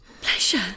Pleasure